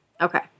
Okay